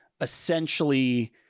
essentially